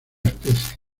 especie